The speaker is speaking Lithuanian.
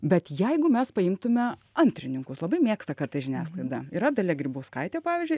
bet jeigu mes paimtume antrininkus labai mėgsta kartais žiniasklaida yra dalia grybauskaitė pavyzdžiui